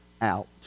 out